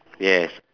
yes